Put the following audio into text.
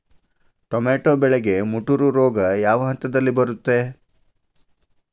Tomato ಬೆಳೆಗೆ ಮುಟೂರು ರೋಗ ಯಾವ ಹಂತದಲ್ಲಿ ಬರುತ್ತೆ?